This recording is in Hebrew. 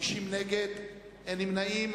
50 נגד, אין נמנעים.